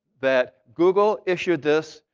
that google issued this,